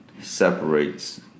separates